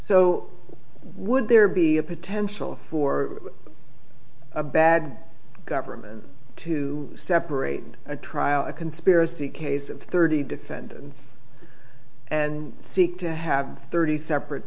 so would there be a potential for a bad government to separate a trial a conspiracy case of thirty defendants and seek to have thirty separate